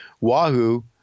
Wahoo